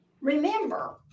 remember